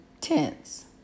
tense